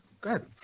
Good